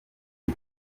ari